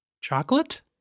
Chocolate